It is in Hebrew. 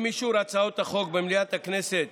עם אישור הצעות החוק במליאת הכנסת